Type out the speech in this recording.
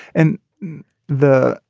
and the.